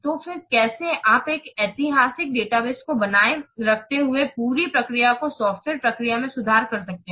तो फिर से कैसे आप एक ऐतिहासिक डेटाबेस को बनाए रखते हुए पूरी प्रक्रिया को सॉफ्टवेयर प्रक्रिया में सुधार कर सकते हैं